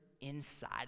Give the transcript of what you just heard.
inside